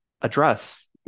address